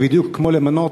זה בדיוק כמו למנות,